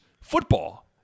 football